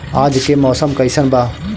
आज के मौसम कइसन बा?